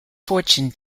fortune